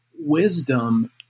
wisdom